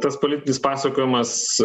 tas politinis pasakojimas